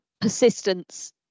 persistence